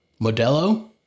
Modelo